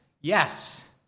Yes